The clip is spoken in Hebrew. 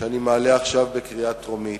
שאני מעלה עכשיו לקריאה טרומית.